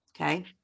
Okay